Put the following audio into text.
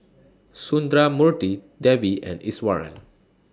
Sundramoorthy Devi and Iswaran